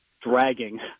dragging